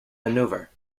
maneuver